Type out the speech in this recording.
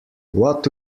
what